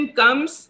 comes